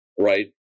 right